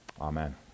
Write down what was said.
Amen